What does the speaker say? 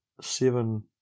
seven